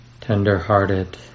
tender-hearted